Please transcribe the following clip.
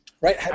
Right